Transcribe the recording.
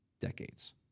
Decades